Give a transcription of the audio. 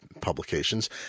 publications